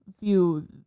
view